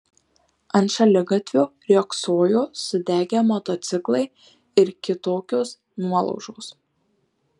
ant šaligatvio riogsojo sudegę motociklai ir kitokios nuolaužos